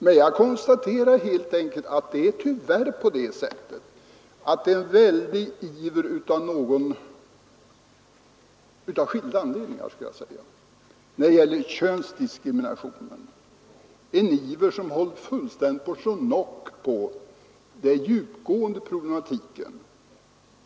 Men nu konstaterar jag helt enkelt att det tyvärr, av skilda anledningar, finns en väldig iver att få bort endast könsdiskrimineringen — en iver som håller på att fullständigt slå knock out på den djupgående problematiken.